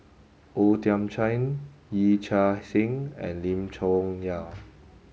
O Thiam Chin Yee Chia Hsing and Lim Chong Yah